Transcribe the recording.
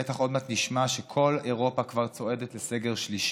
בטח עוד מעט נשמע שכל אירופה כבר צועדת לסגר שלישי.